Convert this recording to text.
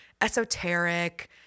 esoteric